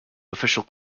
official